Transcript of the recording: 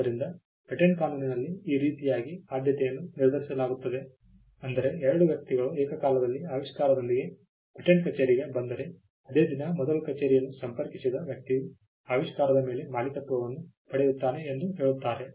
ಆದ್ದರಿಂದ ಪೇಟೆಂಟ್ ಕಾನೂನಿನಲ್ಲಿ ಈ ರೀತಿಯಾಗಿ ಆದ್ಯತೆಯನ್ನು ನಿರ್ಧರಿಸಲಾಗುತ್ತದೆ ಅಂದರೆ ಎರಡು ವ್ಯಕ್ತಿಗಳು ಏಕಕಾಲದಲ್ಲಿ ಆವಿಷ್ಕಾರದೊಂದಿಗೆ ಪೇಟೆಂಟ್ ಕಚೇರಿಗೆ ಬಂದರೆ ಅದೇ ದಿನ ಮೊದಲು ಕಚೇರಿಯನ್ನು ಸಂಪರ್ಕಿಸಿದ ವ್ಯಕ್ತಿಯು ಆವಿಷ್ಕಾರದ ಮೇಲೆ ಮಾಲೀಕತ್ವವನ್ನು ಪಡೆಯುತ್ತಾನೆ ಎಂದು ಹೇಳುತ್ತಾರೆ